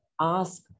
ask